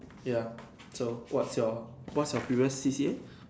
ya so what's your what's your previous C_C_A